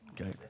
Okay